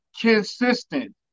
consistent